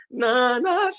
nana